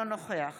אינו נוכח